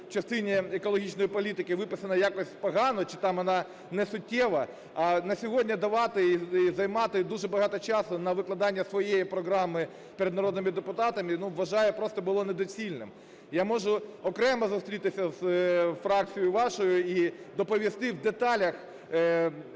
частині екологічної політики виписана якось погано чи там вона несуттєва, а на сьогодні давати і займати дуже багато часу на викладання своєї програми перед народними депутатами, вважаю, просто було недоцільним. Я можу окремо зустрітися з фракцією вашою і доповісти в деталях